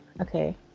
okay